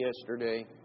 yesterday